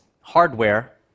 hardware